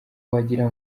wagira